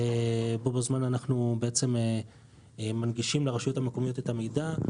ובו בזמן אנחנו בעצם מנגישים לרשויות המקומיות את המידע.